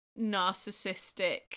narcissistic